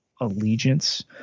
allegiance